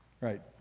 right